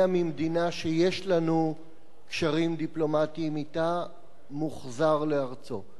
ממדינה שיש לנו קשרים דיפלומטיים אתה מוחזר לארצו?